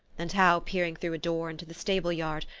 and how, peering through a door into the stable-yard,